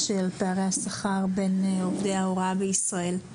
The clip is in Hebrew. על פערי השכר בין עובדי ההוראה בישראל.